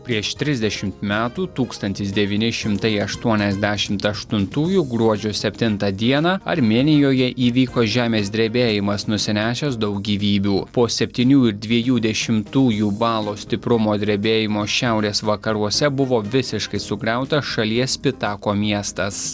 prieš trisdešimt metų tūkstantis devyni šimtai aštuoniasdešimt aštuntųjų gruodžio septintą dieną armėnijoje įvyko žemės drebėjimas nusinešęs daug gyvybių po septynių ir dviejų dešimtųjų balo stiprumo drebėjimo šiaurės vakaruose buvo visiškai sugriautą šalies pitako miestas